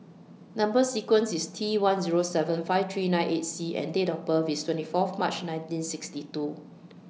Number sequence IS T one Zero seven five three nine eight C and Date of birth IS twenty Fourth March nineteen sixty two